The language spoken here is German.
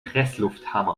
presslufthammer